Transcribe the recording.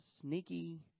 sneaky